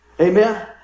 Amen